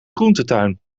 groentetuin